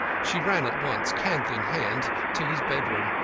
she ran at once, candle in hand, to his bedroom.